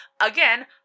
Again